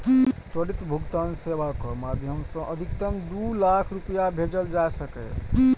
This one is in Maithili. त्वरित भुगतान सेवाक माध्यम सं अधिकतम दू लाख रुपैया भेजल जा सकैए